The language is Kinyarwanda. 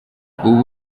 ubu